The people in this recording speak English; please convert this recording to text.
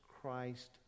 Christ